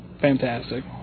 fantastic